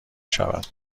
شود